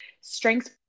strengths